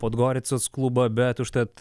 podgoricos klubą bet užtat